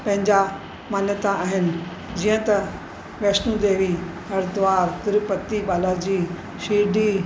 पंहिंजा मान्यता आहिनि जीअं त वैष्णो देवी हरिद्वार तिरुपति बालाजी शिरडी